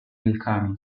wilkami